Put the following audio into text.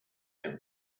them